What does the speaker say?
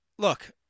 Look